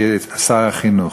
שר החינוך.